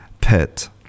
pet